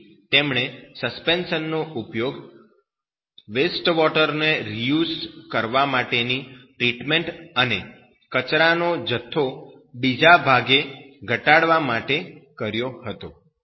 તેથી તેમણે સસ્પેન્શન નો ઉપયોગ વેસ્ટવોટર ને રિયુઝ કરવા માટેની ટ્રીટમેન્ટ અને કચરાનો જથ્થો બીજા ભાગે ઘટાડવા માટે કર્યો હતો